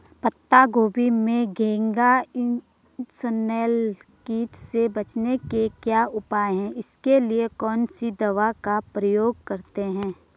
पत्ता गोभी में घैंघा इसनैल कीट से बचने के क्या उपाय हैं इसके लिए कौन सी दवा का प्रयोग करते हैं?